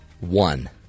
one